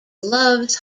loves